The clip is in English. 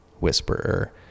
Whisperer